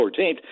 14th